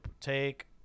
take